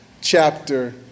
chapter